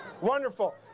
Wonderful